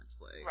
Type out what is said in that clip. Right